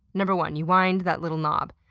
number one you wind that little knob.